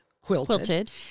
quilted